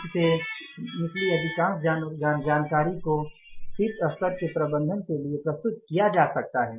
इससे निकली अधिकांश जानकारी को शीर्ष स्तर के प्रबंधन के लिए प्रस्तुत किया जा सकता है